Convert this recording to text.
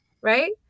right